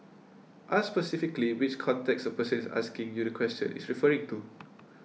ask specifically which context persons asking you the question is referring to